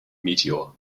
meteor